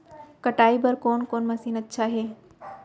कटाई बर कोन कोन मशीन अच्छा हे?